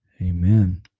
amen